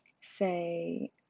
say